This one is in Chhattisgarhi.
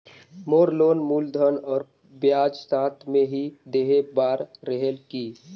मोर लोन मूलधन और ब्याज साथ मे ही देहे बार रेहेल की?